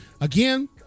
Again